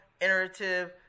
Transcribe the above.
iterative